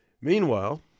Meanwhile